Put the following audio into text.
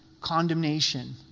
Condemnation